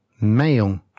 male